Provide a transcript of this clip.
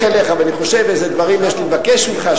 אליך ואני חושב איזה דברים יש לי לבקש ממך,